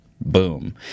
Boom